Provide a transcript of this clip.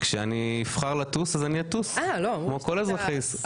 כשאני אבחר לטוס אז אני אטוס כמו כל אזרחי ישראל,